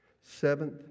Seventh